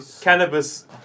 cannabis